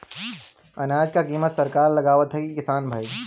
अनाज क कीमत सरकार लगावत हैं कि किसान भाई?